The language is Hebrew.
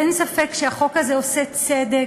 אין ספק שהחוק הזה עושה צדק.